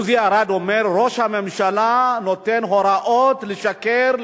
עוזי ארד אומר: ראש הממשלה נותן הוראות לשקר,